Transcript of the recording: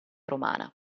romana